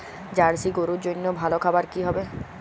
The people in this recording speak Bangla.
জার্শি গরুর জন্য ভালো খাবার কি হবে?